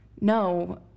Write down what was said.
no